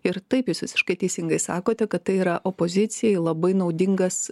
ir taip jūs visiškai teisingai sakote kad tai yra opozicijai labai naudingas